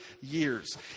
years